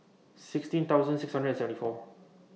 sixteen thousand six hundred and seventy four